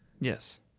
Yes